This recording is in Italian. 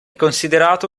considerato